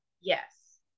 Yes